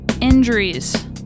Injuries